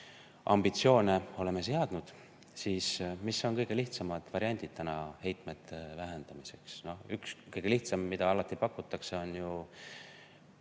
ambitsioone oleme seadnud –, siis mis on kõige lihtsamad variandid heitmete vähendamiseks? Üks kõige lihtsam [lahendus], mida alati pakutakse, on ju